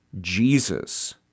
Jesus